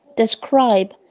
describe